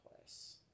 place